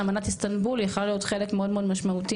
אמנת איסטנבול יכלה להיות חלק מאוד מאוד משמעותי